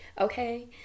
Okay